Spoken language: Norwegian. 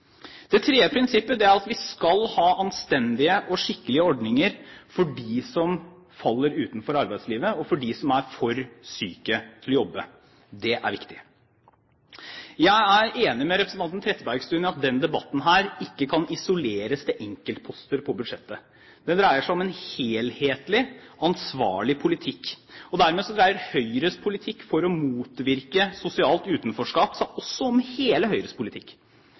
Det tredje prinsippet er at vi skal ha anstendige og skikkelige ordninger for dem som faller utenfor arbeidslivet, og for dem som er for syke til å jobbe. Det er viktig. Jeg er enig med representanten Trettebergstuen i at denne debatten ikke kan isoleres til enkeltposter på budsjettet. Det dreier seg om en helhetlig, ansvarlig politikk, og dermed dreier Høyres politikk for å motvirke sosialt utenforskap seg også om hele Høyres politikk. Det dreier seg om å ha en kunnskapsskole som